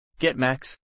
GetMax